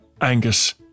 Angus